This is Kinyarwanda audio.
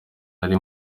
ari